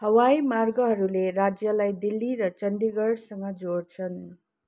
हवाई मार्गहरूले राज्यलाई दिल्ली र चन्डीगढसँग जोड्छन्